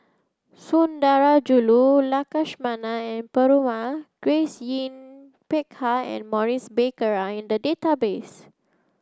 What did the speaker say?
Sundarajulu Lakshmana and Perumal Grace Yin Peck Ha and Maurice Baker are in the database